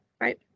right